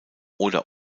oder